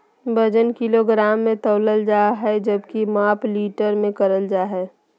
वजन किलोग्राम मे तौलल जा हय जबकि माप लीटर मे करल जा हय